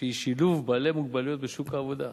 שהיא שילוב בעלי מוגבלויות בשוק העבודה.